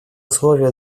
условия